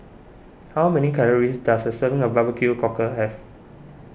how many calories does a serving of Barbecue Cockle have